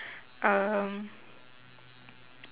um